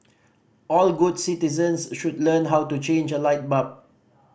all good citizens should learn how to change a light bulb